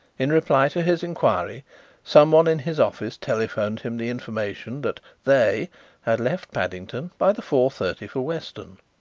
in reply to his inquiry someone in his office telephoned him the information that they had left paddington by the four-thirty for weston.